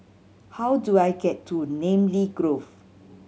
how do I get to Namly Grove